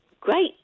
great